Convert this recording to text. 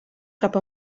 cap